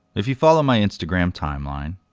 if you follow my instagram timeline,